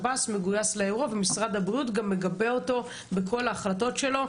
ושמענו את השב"ס מגויס לאירוע ומשרד הבריאות מגבה אותו בכל ההחלטות שלו,